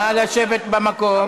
נא לשבת במקום.